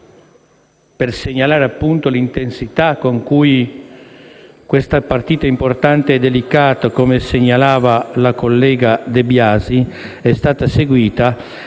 per segnalare l'intensità con cui questa partita importante e delicata, come evidenziato dalla collega De Biasi, è stata seguita